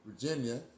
Virginia